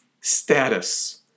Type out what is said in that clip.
status